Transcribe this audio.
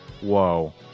Whoa